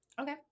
Okay